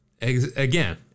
Again